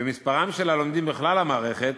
ומספרם של הלומדים בכלל המערכת